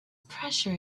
pressure